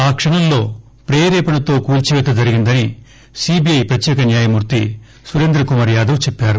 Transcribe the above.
ఆ క్షణంలో ప్రేరేపణతో కూల్పిపేత జరిగిందని సీబీఐ ప్రత్యేక న్యాయమూర్తి సురేంద్రకుమార్ యాదవ్ చెప్పారు